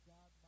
God